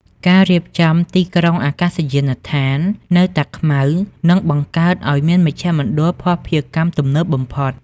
ការរៀបចំ "ទីក្រុងអាកាសយានដ្ឋាន" នៅតាខ្មៅ នឹងបង្កើតឱ្យមានមជ្ឈមណ្ឌលភស្តុភារកម្មទំនើបបំផុត។